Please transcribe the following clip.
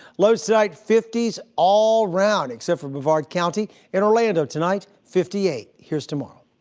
lows tonight, fifty s all around except for brevard county. in orlando tonight, fifty eight. here's tomorrow.